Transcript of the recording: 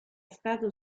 stato